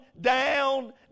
down